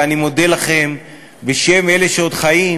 ואני מודה לכם בשם אלה שעוד חיים.